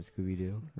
Scooby-Doo